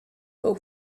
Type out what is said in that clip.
but